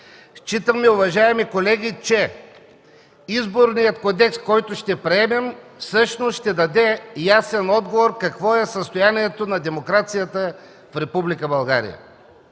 считаме, уважаеми колеги, че Изборният кодекс, който ще приемем, всъщност ще даде ясен отговор какво е състоянието на демокрацията в